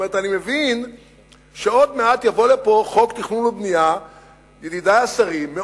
אני מבין שעוד מעט יבוא לפה חוק תכנון ובנייה מאוד רציני.